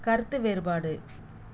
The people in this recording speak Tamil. கருத்து வேறுபாடு